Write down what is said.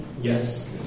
Yes